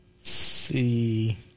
see